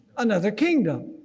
another kingdom.